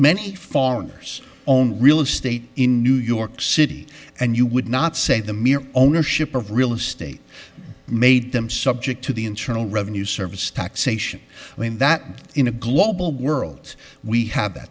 many foreigners own real estate in new york city and you would not say the mere ownership of real estate made them subject to the internal revenue service taxation i mean that in a global world we have that